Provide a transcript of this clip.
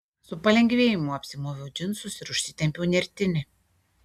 su palengvėjimu apsimoviau džinsus ir užsitempiau nertinį